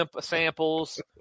samples